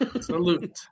Salute